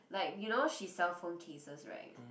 like you know she sell phone cases right